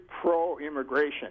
pro-immigration